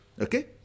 Okay